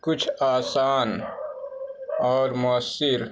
کچھ آسان اور مؤثر